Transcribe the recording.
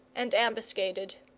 and ambuscaded.